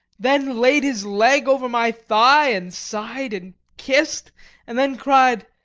then laid his leg over my thigh, and sigh'd and kiss'd and then cried,